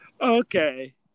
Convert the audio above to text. Okay